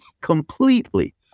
completely